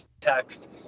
text